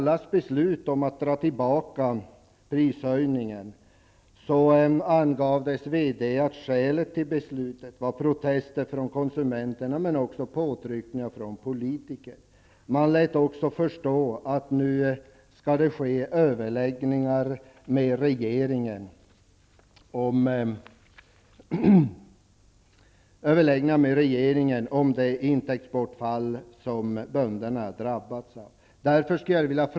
Vad som oroar är att Arlas VD har angivit att skälet till att Arla drog tillbaka beslutet om prishöjningen var protester från konsumenterna men också påtryckningar från politiker. Man lät också förstå att nu skulle överläggningar ske med regeringen om det intäktsbortfall som bönderna drabbats av.